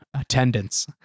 attendance